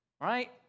right